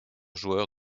joueur